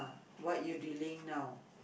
what you delaying now